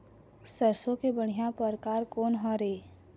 सरसों के बढ़िया परकार कोन हर ये?